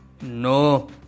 No